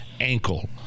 ankle